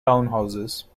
townhouses